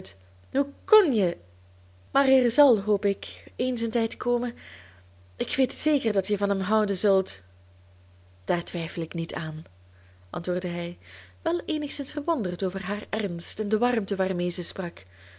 hoe kon je maar er zal hoop ik eens een tijd komen ik weet zeker dat je van hem houden zult daar twijfel ik niet aan antwoordde hij wel eenigszins verwonderd over haar ernst en de warmte waarmee ze sprak